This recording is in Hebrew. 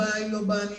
הבעיה היא לא בענישה,